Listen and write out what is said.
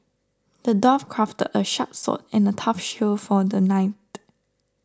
the dwarf crafted a sharp sword and a tough shield for the knight